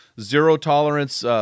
zero-tolerance